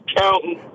counting